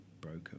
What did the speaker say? broker